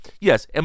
yes